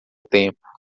tempo